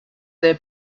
their